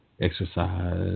exercise